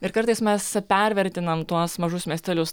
ir kartais mes pervertinam tuos mažus miestelius